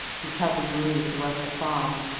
he's helping marie to work the farm,